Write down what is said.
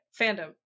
fandom